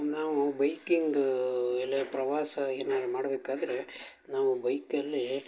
ನಾವು ಬೈಕಿಂಗ್ ಎಲ್ಲರ ಪ್ರವಾಸ ಏನಾದ್ರ್ ಮಾಡಬೇಕಾದ್ರೆ ನಾವು ಬೈಕಲ್ಲಿ